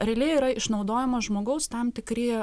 realiai yra išnaudojama žmogaus tam tikri